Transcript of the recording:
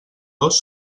dos